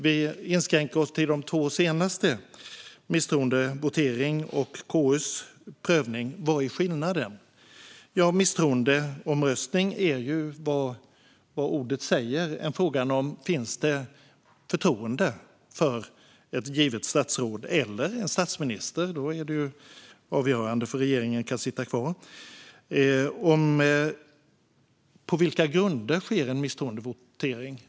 Vad är skillnaden mellan de två senare, KU:s prövning och misstroendevotering? Misstroendeomröstning är ju vad ordet säger: en fråga om det finns förtroende för ett givet statsråd eller för en statsminister, och då är det avgörande för om regeringen kan sitta kvar. På vilka grunder sker en misstroendevotering?